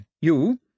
You